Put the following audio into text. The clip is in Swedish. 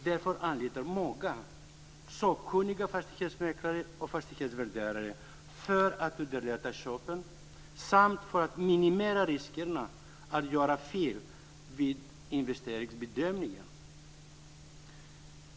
Därför anlitar många sakkunniga fastighetsmäklare och fastighetsvärderare för att underlätta köpen samt för att minimera riskerna att göra fel vid investeringsbedömningen.